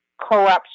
corruption